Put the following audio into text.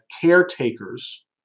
caretakers